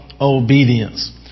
obedience